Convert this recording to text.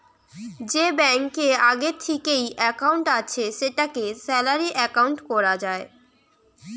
যে ব্যাংকে আগে থিকেই একাউন্ট আছে সেটাকে স্যালারি একাউন্ট কোরা যায়